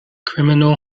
criminal